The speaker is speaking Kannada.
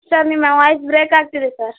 ಸರ್ ನಿಮ್ಮ ವಾಯ್ಸ್ ಬ್ರೇಕ್ ಆಗ್ತಿದೆ ಸರ್